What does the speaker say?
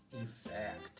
effect